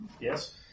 Yes